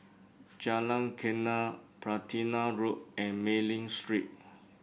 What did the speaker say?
Jalan Geneng Platina Road and Mei Ling Street